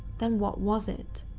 then what was it?